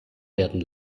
werden